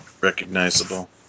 recognizable